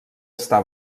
està